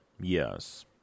Yes